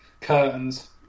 curtains